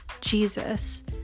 jesus